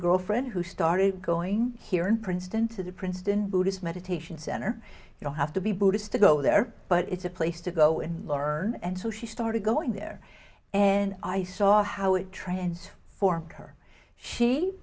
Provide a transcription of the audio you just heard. girlfriend who started going here in princeton to the princeton buddhist meditation center you don't have to be buddhist to go there but it's a place to go and learn and so she started going there and i saw how it trends for